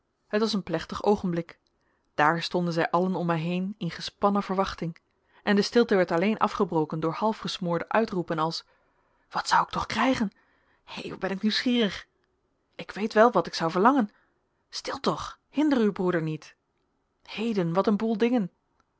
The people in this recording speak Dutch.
het was een plechtig oogenblik daar stonden zij allen om mij heen in gespannen verwachting en de stilte werd alleen afgebroken door halfgesmoorde uitroepen als wat zou ik toch krijgen hé wat ben ik nieuwsgierig ik weet wel wat ik zou verlangen stil toch hinder uw broeder niet heden wat een boel dingen